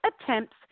attempts